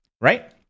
right